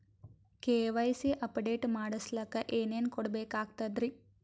KYC update ಮಾಡಸ್ಲಕ ಏನೇನ ಕೊಡಬೇಕಾಗ್ತದ್ರಿ?